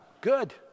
Good